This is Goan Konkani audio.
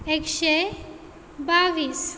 एकशें बावीस